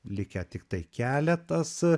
likę tiktai keletas